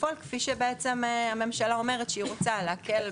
ולפעול כפי שהממשלה אומרת שהיא רוצה: להקל על